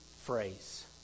phrase